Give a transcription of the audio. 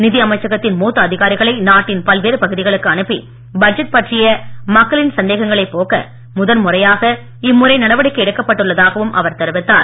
நிதி அமைச்சகத்தின் மூத்த அதிகாரிகளை நாட்டின் பல்வேறு பகுதிகளுக்கு அனுப்பி பட்ஜெட் பற்றிய மக்களின் சந்தேகங்களைப் போக்க முதன்முறையாக இம்முறை நடவடிக்கை எடுக்கப் பட்டுள்ளதாகவும் அவர் தெரிவித்தார்